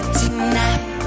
tonight